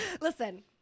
Listen